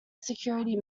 security